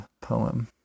poem